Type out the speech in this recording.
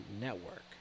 Network